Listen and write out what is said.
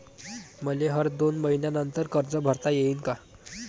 मले हर दोन मयीन्यानंतर कर्ज भरता येईन का?